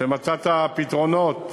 שמצאת פתרונות,